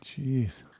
Jeez